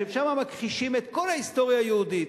ששם מכחישים את כל ההיסטוריה היהודית.